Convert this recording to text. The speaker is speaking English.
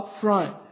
upfront